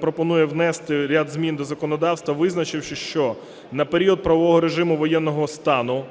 пропонує внести ряд змін до законодавства визначивши, що на період правового режиму воєнного стану,